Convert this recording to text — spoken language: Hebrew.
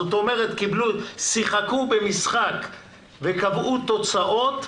זאת אומרת שיחקו במשחק וקבעו תוצאות,